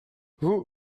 vous